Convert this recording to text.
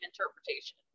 interpretation